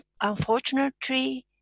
unfortunately